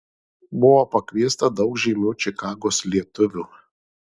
buvo pakviesta daug žymių čikagos lietuvių